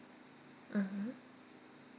mmhmm